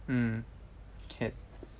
mm can